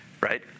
Right